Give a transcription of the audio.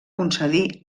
concedir